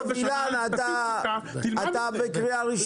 אתה בקריאה ראשונה,